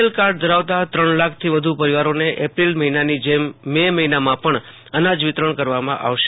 L card ધરાવતા ત્રણ લાખથી વધુ પરિવારોને એપ્રિલ મહિનાની જેમ મે મહિનામાં પણ અનાજ વિતરણ કરવામાં આવશે